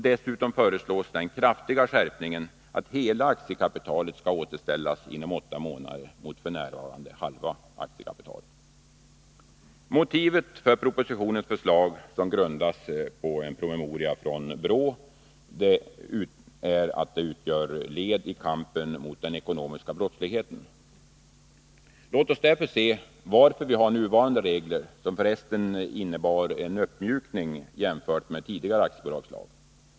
Dessutom föreslås den kraftiga skärpningen att hela aktiekapitalet mot f.n. hälften av aktiekapitalet skall återställas. Motivet för propositionens förslag, som grundas på en promemoria från brottsförebyggande rådet, är att dessa utgör led i kampen mot den ekonomiska brottsligheten. Låt oss se på varför vi har nuvarande regler — som för resten innebär en uppmjukning jämfört med tidigare aktiebolagslag.